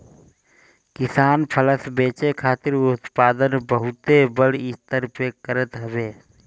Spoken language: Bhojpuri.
किसान फसल बेचे खातिर उत्पादन बहुते बड़ स्तर पे करत हवे